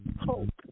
hope